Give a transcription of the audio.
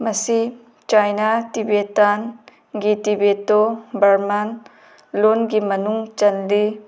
ꯃꯁꯤ ꯆꯥꯏꯅꯥ ꯇꯤꯕꯦꯠꯇꯥꯟꯒꯤ ꯇꯤꯕꯦꯠꯇꯣ ꯕꯔꯃꯥꯟ ꯂꯣꯟꯒꯤ ꯃꯅꯨꯡ ꯆꯜꯂꯤ